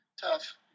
tough